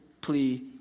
plea